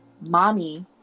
mommy